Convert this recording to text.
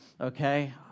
okay